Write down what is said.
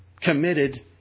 committed